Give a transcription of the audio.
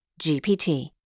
GPT